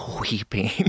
weeping